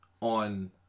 on